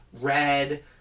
red